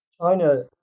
China